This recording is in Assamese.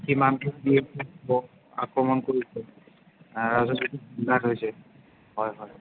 সীমান্ত আক্ৰমণ কৰিছে তাৰপিছতে বিবাদ হৈছে হয়